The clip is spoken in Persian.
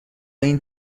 این